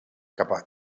cap